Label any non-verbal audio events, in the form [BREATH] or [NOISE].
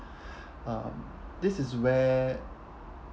[BREATH] um this is where